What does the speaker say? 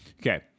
Okay